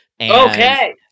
Okay